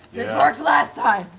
this worked last time.